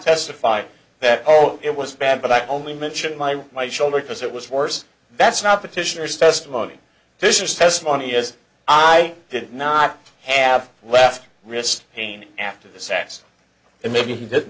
testify that oh it was bad but i only mentioned my my shoulder because it was worse that's not petitioners testimony this is testimony as i did not have left wrist pain after the sax and maybe